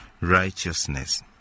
righteousness